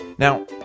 Now